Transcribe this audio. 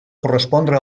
correspondre